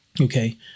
Okay